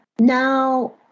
now